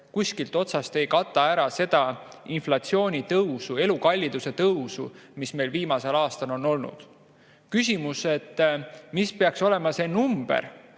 kuskilt otsast ei kata ära seda inflatsioonitõusu, elukalliduse tõusu, mis meil viimasel aastal on olnud. Küsimus, mis peaks olema see number,